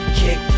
kick